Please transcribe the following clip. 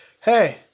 hey